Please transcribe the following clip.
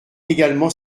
également